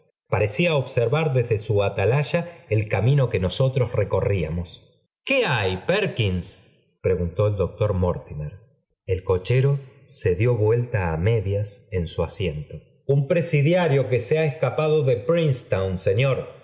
parecía observar desde su atalaya el camino que nosotros recorríamos qué hay perkins preguntó el doctor mortimer el cochero se dió vuelta á medias en su asiento un presidiario que se ha escapado d prince town señor